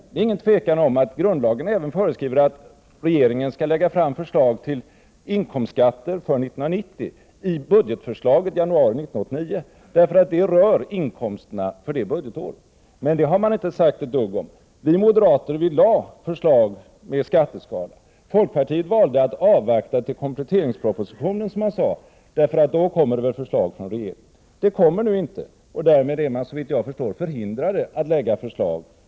Det råder inget tvivel om att grundlagen föreskriver att regeringen skall lägga fram förslag till inkomstskatt för 1990 i budgetförslaget i januari 1989, eftersom det rör inkomsterna för det kommande budgetåret. Denna fråga nämnde regeringen emellertid inte. Vi moderater lade fram ett förslag till skatteskala. Folkpartiet valde att, som man sade, avvakta till kompletteringspropositionen eftersom det då borde komma förslag från regeringen. Men det kom inget sådant förslag. Därmed är man såvitt jag förstår förhindrad att lägga fram ett eget alternativ.